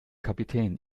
kapitän